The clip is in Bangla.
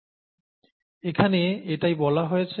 এখানে এটিই বলা হয়েছে